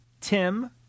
Tim